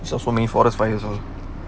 so for me forest fire ah